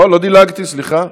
לא, לא דילגתי, סליחה.